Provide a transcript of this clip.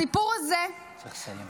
הסיפור הזה, צריך לסיים.